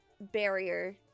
barrier